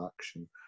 action